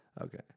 Okay